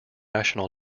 national